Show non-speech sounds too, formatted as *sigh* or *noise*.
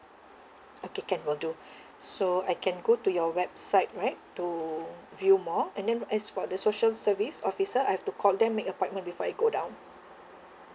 okay can will do *breath* so I can go to your website right to view more and then as for the social service officer I have to call them make appointment before I go down